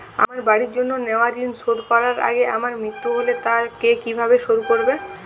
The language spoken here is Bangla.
আমার বাড়ির জন্য নেওয়া ঋণ শোধ করার আগে আমার মৃত্যু হলে তা কে কিভাবে শোধ করবে?